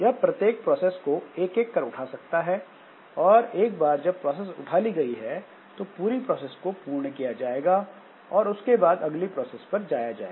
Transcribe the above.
यह प्रत्येक प्रोसेस को एक एक कर उठा सकता है एक बार जब प्रोसेस उठा ली गई है तो पूरी प्रोसेस को पूर्ण किया जाएगा और उसके बाद अगली प्रोसेस पर जाया जाएगा